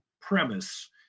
premise